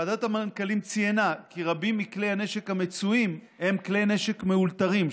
ועדת המנכ"לים ציינה כי רבים מכלי הנשק המצויים הם כלי נשק מאולתרים,